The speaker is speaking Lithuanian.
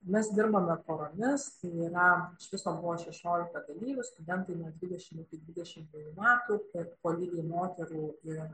mes dirbome poromis tai yra iš viso buvo šešiolika dalyvių studentai nuo dvidešimt dvidešimt dvejų metų ir po lygiai moterų ir